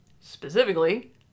specifically